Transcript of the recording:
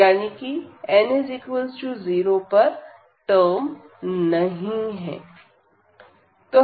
यानी कि n0 पर टर्म नहीं है